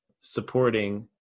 supporting